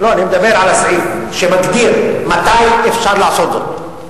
לא, אני מדבר על הסעיף שמגדיר מתי אפשר לעשות זאת.